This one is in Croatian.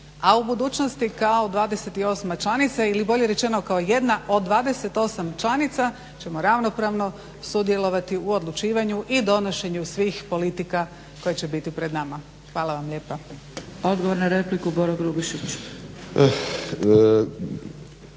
a u budućnosti kao 28. članica ili bolje rečeno kao jedna od 28 članica ćemo ravnopravno sudjelovati u odlučivanju i donošenju svih politika koje će biti pred nama. Hvala vam lijepa. **Zgrebec, Dragica